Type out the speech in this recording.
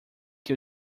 que